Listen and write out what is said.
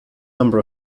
number